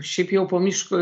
šiaip jau po mišku